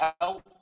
help